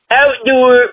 outdoor